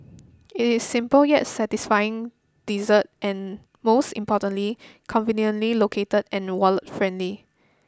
it is simple yet satisfying dessert and most importantly conveniently located and wallet friendly